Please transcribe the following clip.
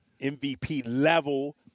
MVP-level